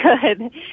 good